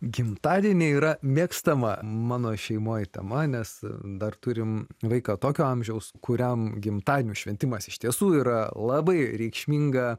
gimtadieniai yra mėgstama mano šeimoje tema nes dar turime vaiką tokio amžiaus kuriam gimtadienio šventimas iš tiesų yra labai reikšminga